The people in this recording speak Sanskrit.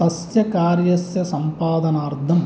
तस्य कार्यस्य सम्पादनार्थं